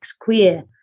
queer